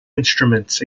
instruments